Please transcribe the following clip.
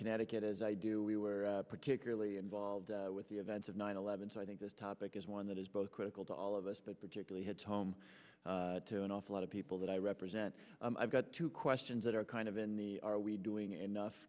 connecticut as i do we were particularly involved with the events of nine eleven so i think this topic is one that is both critical to all of us but particularly had to home to an awful lot of people that i represent i've got two questions that are kind of in the are we doing enough